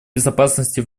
безопасности